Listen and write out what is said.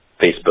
Facebook